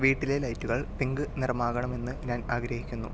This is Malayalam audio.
വീട്ടിലെ ലൈറ്റുകൾ പിങ്ക് നിറമാകണമെന്ന് ഞാൻ ആഗ്രഹിക്കുന്നു